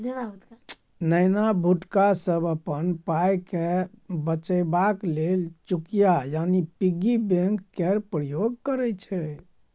नेना भुटका सब अपन पाइकेँ बचेबाक लेल चुकिया यानी पिग्गी बैंक केर प्रयोग करय छै